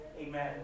amen